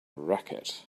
racket